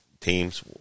Teams